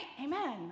Amen